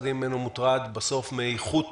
מאיכות